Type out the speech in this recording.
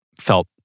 felt